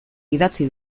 idatzi